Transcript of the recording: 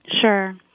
Sure